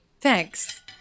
Thanks